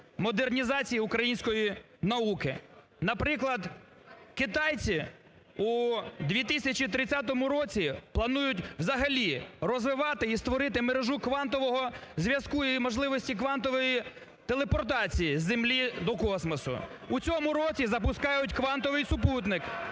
модернізації української науки. Наприклад, китайці у 2030 році планують взагалі розвивати і створити мережу квантового зв'язку і можливості квантової телепортації з Землі до Космосу. У цьому році запускають квантовий супутник.